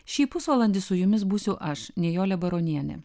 šį pusvalandį su jumis būsiu aš nijolė baronienė